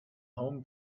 home